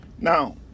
Now